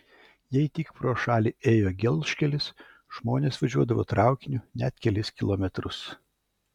jei tik pro šalį ėjo gelžkelis žmonės važiuodavo traukiniu net kelis kilometrus